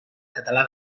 català